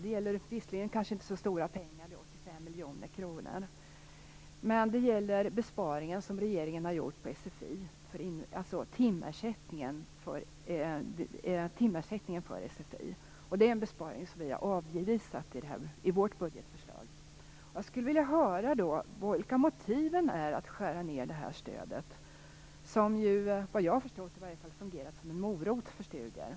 Det gäller kanske inte så mycket pengar, 85 miljoner kronor, men det är viktigt. Det handlar om de besparingar som regeringen gjort på timersättningen för sfi. Den besparingen har vi avvisat i vårt budgetförslag. Jag skulle vilja höra vilka motiven är att skära ned detta stöd, som efter vad jag förstått har fungerat som en morot för studier.